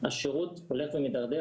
השירות הולך ומידרדר.